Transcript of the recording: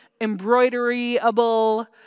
embroideryable